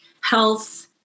health